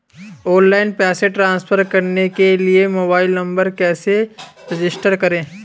Online पैसे transfer करने के लिए मोबाइल नंबर कैसे रजिस्टर करें?